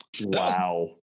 Wow